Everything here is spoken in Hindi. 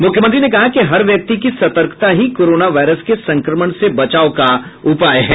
मुख्यमंत्री ने कहा कि हर व्यक्ति की सतर्कता ही कोरोना वायरस के संक्रमण से बचाव का उपाय है